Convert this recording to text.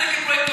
אתה איש גדול.